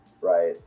Right